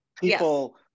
people